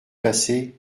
passée